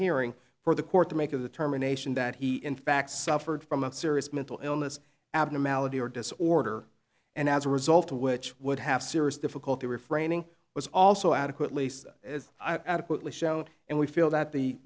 hearing for the court to make of the terminations that he in fact suffered from a serious mental illness abnormality or disorder and as a result of which would have serious difficulty refraining was also adequately as i to quickly show and we feel that the